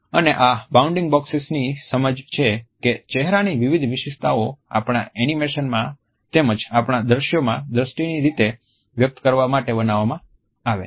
અને આ બાઉન્ડિંગ બોક્સની સમજ છે કે ચહેરાની વિવિધ વિશેષતાઓ આપણા એનિમેશનમાં તેમજ આપણા દ્રશ્યોમાં દૃષ્ટિની રીતે વ્યક્ત કરવા માટે બનાવવામાં આવ્યા છે